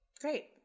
Great